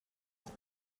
auch